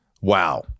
wow